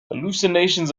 hallucinations